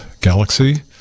galaxy